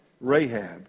Rahab